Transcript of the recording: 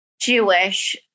Jewish